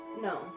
No